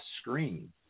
screen